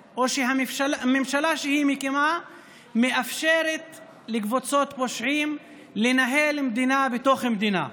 שהממשלה שהיא מקימה מאפשרת לקבוצות פושעים לנהל מדינה בתוך מדינה.